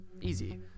Easy